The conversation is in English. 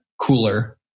cooler